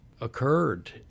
occurred